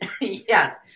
Yes